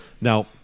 Now